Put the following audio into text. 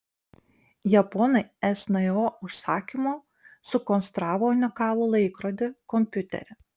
japonai sno užsakymu sukonstravo unikalų laikrodį kompiuterį